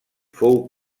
fou